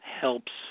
helps